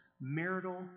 marital